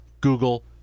Google